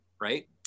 right